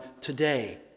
today